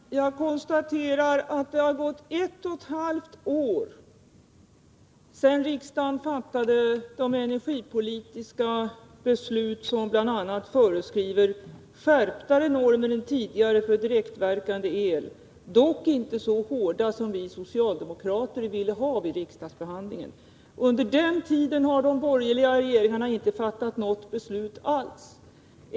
Herr talman! Jag konstaterar att det har gått ett och halvt år sedan riksdagen fattade de energipolitiska beslut som bl.a. föreskriver skärpta normer för direktverkande el jämfört med tidigare, dock inte så hårda som vi socialdemokrater ville ha vid riksdagsbehandlingen. Under den tiden har de borgerliga regeringarna inte fattat något beslut alls.